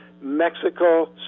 Mexico